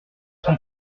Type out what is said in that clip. son